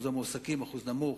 שיעור המועסקים נמוך.